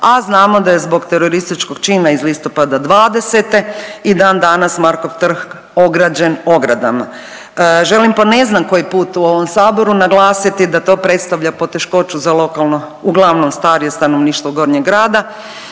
a znamo da je zbog terorističkog čina iz listopada '20. i dan danas Markov trg ograđen ogradama. Želim po ne znam koji put u ovom saboru naglasiti da to predstavlja poteškoću za lokalno uglavnom starije stanovništvo Gornjeg Grada